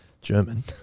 German